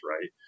right